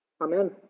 Amen